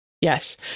yes